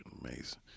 amazing